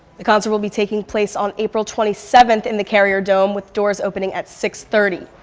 the concert will be taking place on april twenty seven in the carrier dome, with doors opening at six thirty.